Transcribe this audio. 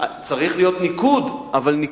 שיטת הניקוד.